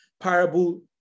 parable